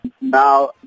Now